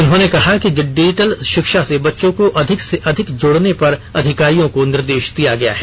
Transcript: उन्होंने कहा कि डिजिटल शिक्षा से बच्चों को अधिक से अधिक जोडने पर अधिकारियों को निर्देश दिया गया है